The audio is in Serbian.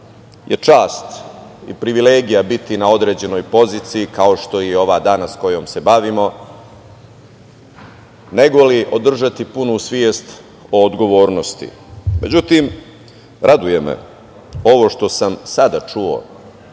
je čast i privilegija biti na određenoj poziciji, kao što je i ova danas kojom se bavimo, nego li održati punu svest o odgovornosti.Međutim, raduje me ovo što sam sada čuo